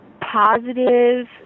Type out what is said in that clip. positive